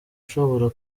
ushobora